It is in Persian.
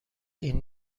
این